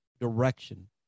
direction